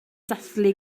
dathlu